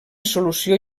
solució